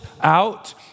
out